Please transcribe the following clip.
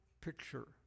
picture